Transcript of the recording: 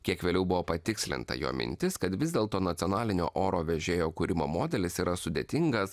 kiek vėliau buvo patikslinta jo mintis kad vis dėlto nacionalinio oro vežėjo kūrimo modelis yra sudėtingas